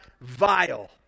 vile